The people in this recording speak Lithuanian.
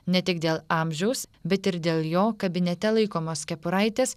ne tik dėl amžiaus bet ir dėl jo kabinete laikomos kepuraitės